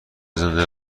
زنده